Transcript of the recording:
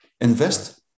invest